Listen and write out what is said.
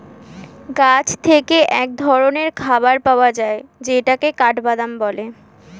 গাছ থেকে এক ধরনের খাবার পাওয়া যায় যেটাকে কাঠবাদাম বলে